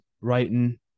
writing